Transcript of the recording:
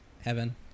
Heaven